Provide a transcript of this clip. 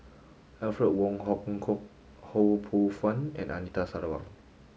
Alfred Wong Hong Kwok Ho Poh Fun and Anita Sarawak